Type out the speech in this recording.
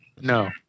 No